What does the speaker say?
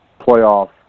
playoff